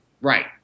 Right